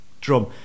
drum